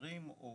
שברים או